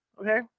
Okay